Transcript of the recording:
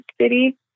city